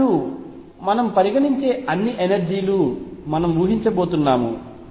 మరియు మనం పరిగణించే అన్ని ఎనర్జీ లు V క్రింద ఉన్నాయని మనము ఊహించబోతున్నాము